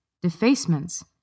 Defacements